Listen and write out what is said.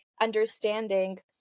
understanding